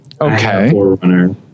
Okay